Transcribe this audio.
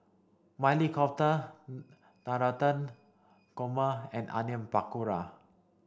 Maili Kofta Navratan Korma and Onion Pakora